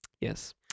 Yes